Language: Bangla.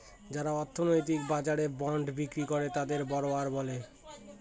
যারা অর্থনৈতিক বাজারে বন্ড বিক্রি করে তাকে বড়োয়ার বলে